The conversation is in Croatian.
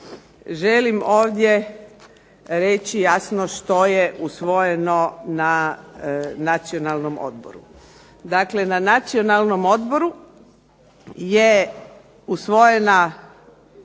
želim ovdje jasno reći što je usvojeno na nacionalnom odboru. Dakle, na Nacionalnom odboru je usvojena